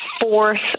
fourth